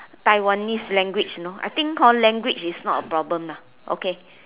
taiwanese language you know I think hor language is not a problem lah okay